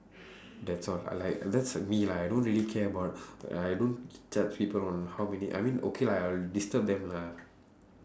that's all like that's me lah I don't really care about like I don't judge people on how many I mean okay lah I'll disturb them lah